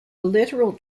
literal